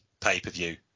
pay-per-view